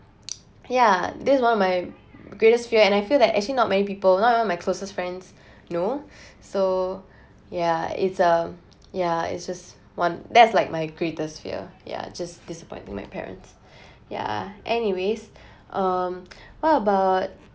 ya this is one of my greatest fear and I feel that actually not many people not even my closest friends know so yeah it's a yeah it's just one that's like my greatest fear yeah just disappointing my parents ya anyways um what about